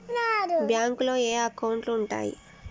బ్యాంకులో ఏయే అకౌంట్లు ఉంటయ్?